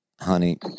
Honey